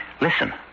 listen